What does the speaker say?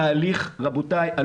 רבותיי,